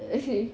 okay